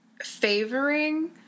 favoring